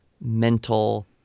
mental